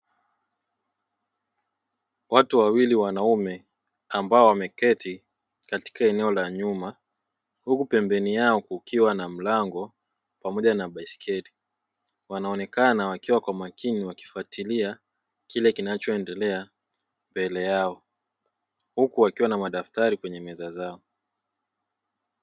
Watu wawili wanaume ambao wameketi katika eneo la nyuma, huku pembeni yao kukiwa na mlango pamoja na baiskeli, wanaonekana wakiwa kwa makini, wakifuatilia kile kinachoendelea mbele yao. Huku wakiwa na madaftari kwenye meza zao.